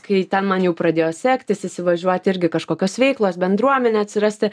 kai ten man jau pradėjo sektis įsivažiuot irgi kažkokios veiklos bendruomenė atsirasti